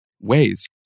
ways